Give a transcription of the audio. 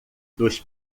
dos